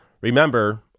remember